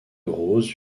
roses